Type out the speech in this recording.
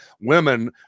women